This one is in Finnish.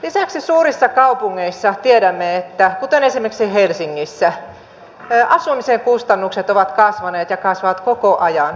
lisäksi tiedämme että suurissa kaupungeissa kuten esimerkiksi helsingissä asumisen kustannukset ovat kasvaneet ja kasvavat koko ajan